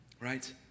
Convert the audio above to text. right